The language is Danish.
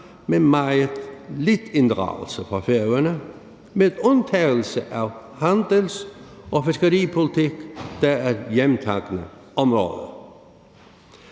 med meget lidt inddragelse af Færøerne med undtagelse af handels- og fiskeripolitik, der er hjemtagne områder.